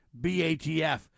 BATF